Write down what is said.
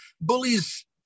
bullies